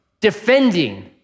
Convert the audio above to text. defending